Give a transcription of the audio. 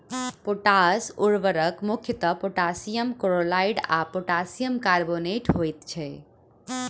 potash उर्वरक मुख्यतः potassium chloride आ पोटासियम कार्बोनेट होइत छै